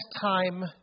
time